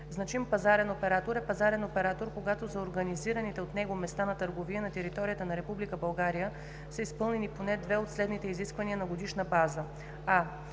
„Значим пазарен оператор“ е пазарен оператор, когато за организираните от него места на търговия на територията на Република България са изпълнени поне две от следните изисквания на годишна база: